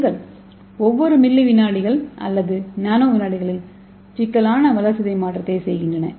செல்கள் ஒவ்வொரு மில்லி விநாடிகள் அல்லது நானோ வினாடிகளில் சிக்கலான வளர்சிதை மாற்றத்தை செய்கின்றன